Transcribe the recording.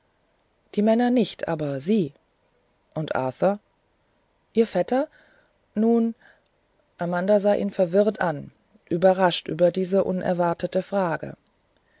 die männer nicht aber sie und arthur ihr vetter nun amanda sah ihn verwirrt an überrascht durch diese unerwartete frage